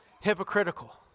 hypocritical